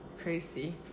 crazy